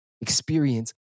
experience